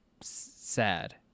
sad